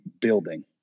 building